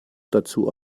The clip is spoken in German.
dazu